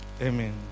Amen